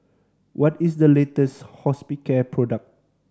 what is the latest Hospicare product